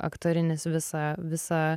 aktorinis visą visą